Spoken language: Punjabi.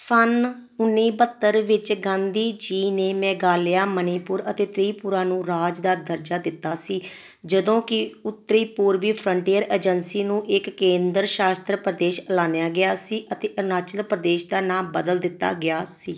ਸੰਨ ਉੱਨੀ ਬਹੱਤਰ ਵਿੱਚ ਗਾਂਧੀ ਜੀ ਨੇ ਮੇਘਾਲਿਆ ਮਣੀਪੁਰ ਅਤੇ ਤ੍ਰਿਪੁਰਾ ਨੂੰ ਰਾਜ ਦਾ ਦਰਜਾ ਦਿੱਤਾ ਸੀ ਜਦੋਂ ਕੀ ਉੱਤਰੀ ਪੂਰਬੀ ਫਰੰਟੀਅਰ ਏਜੰਸੀ ਨੂੰ ਇੱਕ ਕੇਂਦਰ ਸ਼ਾਸਤ ਪ੍ਰਦੇਸ਼ ਐਲਾਨਿਆ ਗਿਆ ਸੀ ਅਤੇ ਅਰੁਣਾਚਲ ਪ੍ਰਦੇਸ਼ ਦਾ ਨਾਂ ਬਦਲ ਦਿੱਤਾ ਗਿਆ ਸੀ